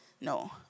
No